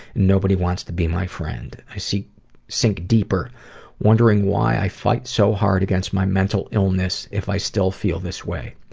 nobody wants to be my friend. i sink deeper wondering why i fight so hard against my mental illness if i still feel this way.